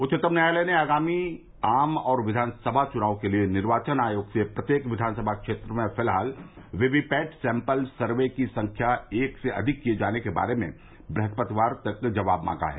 उच्चतम न्यायालय ने आगामी आम और विधानसभा चुनाव के लिए निर्वाचन आयोग से प्रत्येक विधानसभा क्षेत्र में फिलहाल वीवीपैट सैंपल सर्वे की संख्या एक से अधिक किए जाने के बारे में ब्रहस्पतिवार तक जवाब मांगा है